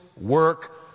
work